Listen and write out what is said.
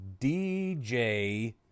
DJ